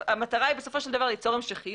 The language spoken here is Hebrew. המטרה בסופו של דבר היא ליצור המשכיות,